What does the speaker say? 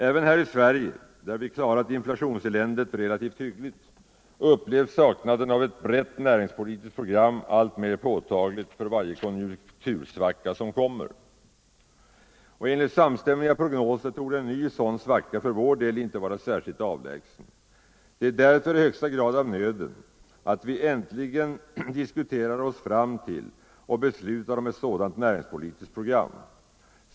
Även här i Sverige, där vi klarat inflationseländet relativt hyggligt, upplevs saknadén av ett brett näringspolitiskt program alltmer påtagligt för varje konjunktursvacka som kommer. Enligt samstämmiga prognoser torde en ny sådan svacka för vår del inte vara särskilt avlägsen. Det är därför i högsta grad av nöden att vi äntligen diskuterar oss fram till och beslutar om ett sådant näringspolitiskt program.